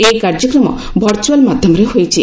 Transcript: ଏହି କାର୍ଯ୍ୟକ୍ରମ ଭର୍ଚ୍ଚଆଲ୍ ମାଧ୍ୟମରେ ହୋଇଛି